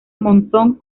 monzón